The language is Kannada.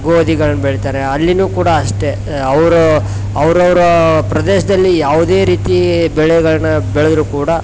ಗೋಧಿಗಳ್ನ ಬೆಳಿತಾರೆ ಅಲ್ಲಿ ಕೂಡ ಅಷ್ಟೆ ಅವರು ಅವ್ರವ್ರ ಪ್ರದೇಶದಲ್ಲಿ ಯಾವುದೇ ರೀತಿ ಬೆಳೆಗಳನ್ನ ಬೆಳೆದ್ರು ಕೂಡ